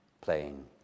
playing